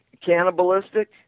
Cannibalistic